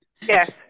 Yes